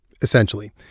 Essentially